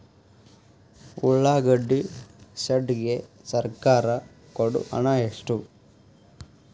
ಉಳ್ಳಾಗಡ್ಡಿ ಶೆಡ್ ಗೆ ಸರ್ಕಾರ ಕೊಡು ಹಣ ಎಷ್ಟು?